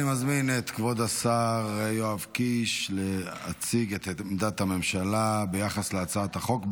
אני מזמין את כבוד השר יואב קיש להציג את עמדת הממשלה ביחס להצעת החוק,